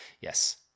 Yes